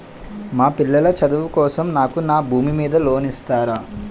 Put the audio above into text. మా పిల్లల చదువు కోసం నాకు నా భూమి మీద లోన్ ఇస్తారా?